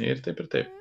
ir taip ir taip